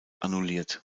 annulliert